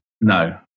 no